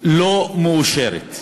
לא מאושרת.